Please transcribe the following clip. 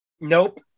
nope